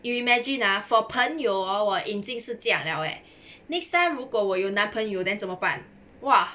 you imagine ah for 朋友 hor 我已经是这样子了 leh next time 如果我有男朋友 then 怎么办 !wah!